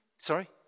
Sorry